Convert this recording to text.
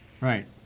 Right